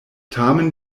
tamen